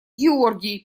георгий